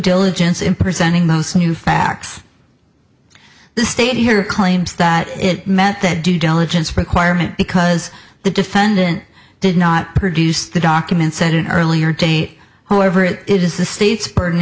diligence in presenting those new facts the state here claims that it meant that due diligence requirement because the defendant did not produce the documents at an earlier date whoever it is the state's burden